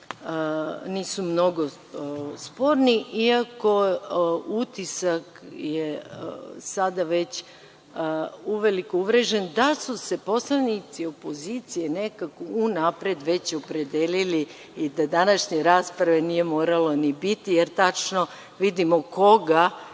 nisu mnogo sporni iako je utisak sada već uveliko uvrežen, da su se poslanici opozicije nekako unapred već opredelili i da današnje rasprave nije moralo ni biti, jer tačno vidimo koga